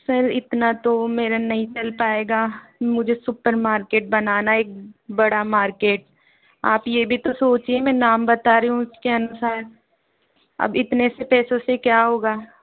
sir इतना तो मेरा नहीं चल पाएगा मुझे सुपर मार्केट बनाना है एक बड़ा मार्केट आप ये भी तो सोचिए मैं नाम बता रही हूँ उसके अनुसार अब इतने से पैसों से क्या होगा